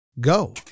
Go